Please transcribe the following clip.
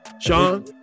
Sean